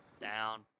Down